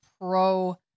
pro